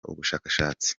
ubushakashatsi